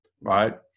right